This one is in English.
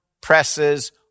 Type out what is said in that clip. presses